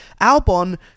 Albon